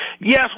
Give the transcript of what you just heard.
Yes